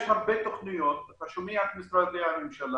יש הרבה תוכניות, אתה שומע את משרדי הממשלה,